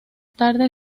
tarde